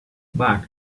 but